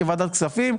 כוועדת הכספים,